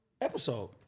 episode